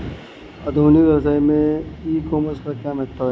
आधुनिक व्यवसाय में ई कॉमर्स का क्या महत्व है?